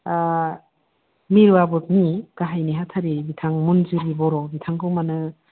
मिरु आबोफनि गाहाइ नेहाथारि बिथां मन्जु बर' बिथांखौ माने